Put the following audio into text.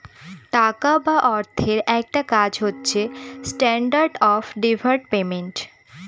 টাকা বা অর্থের একটা কাজ হচ্ছে স্ট্যান্ডার্ড অফ ডেফার্ড পেমেন্ট